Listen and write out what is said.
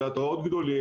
תיאטראות גדולים,